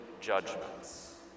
judgments